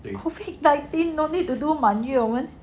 COVID nineteen no need to do 满月